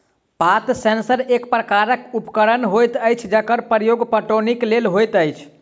पात सेंसर एक प्रकारक उपकरण होइत अछि जकर प्रयोग पटौनीक लेल होइत अछि